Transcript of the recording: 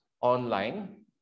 online